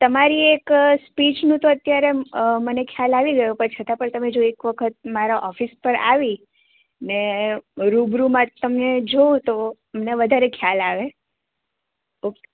તમારી એક સ્પીચનું તો અત્યારે મને ખ્યાલ આવી ગયો પણ છતાં પણ તમે જો એક વખત અમારા ઓફિસ પર આવી ને રૂબરૂમાં જ તમને જોઉં તો અમને વધારે ખ્યાલ આવે ઓકે